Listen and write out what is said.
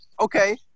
okay